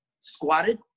squatted